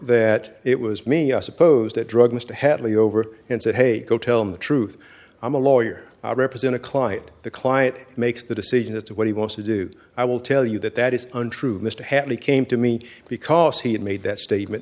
that it was me i suppose that drug mr headley over and said hey go tell him the truth i'm a lawyer i represent a client the client makes the decision as to what he wants to do i will tell you that that is untrue mr hadley came to me because he had made that statement